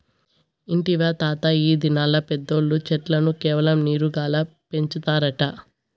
ఇంటివా తాతా, ఈ దినాల్ల పెద్దోల్లు చెట్లను కేవలం నీరు గాల్ల పెంచుతారట